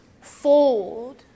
fold